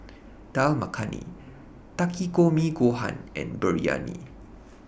Dal Makhani Takikomi Gohan and Biryani